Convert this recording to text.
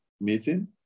meeting